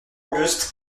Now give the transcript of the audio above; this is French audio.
auguste